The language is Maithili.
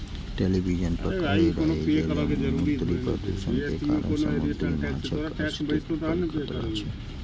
टेलिविजन पर कहै रहै जे समुद्री प्रदूषण के कारण समुद्री माछक अस्तित्व पर खतरा छै